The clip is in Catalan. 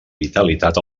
vitalitat